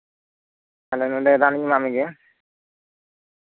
ᱟᱫᱚ ᱱᱚᱸᱰᱮ ᱨᱟᱱᱤᱧ ᱮᱢᱟᱜ ᱢᱮᱜᱮ